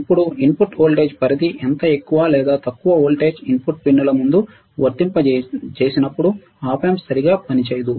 ఇప్పుడు input voltage పరిధి ఎంత ఎక్కువ లేదా తక్కువ వోల్టేజ్ ఇన్పుట్ పిన్నుల ముందు వర్తింప చేసినప్పుడు Op amp సరిగా పనిచేయదు